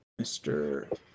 Mr